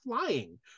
flying